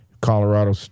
Colorado